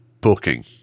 booking